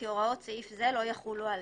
כי הוראות סעיף זה לא יחולו עליהם.